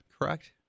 correct